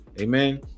amen